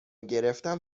گرفتم